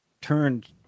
turned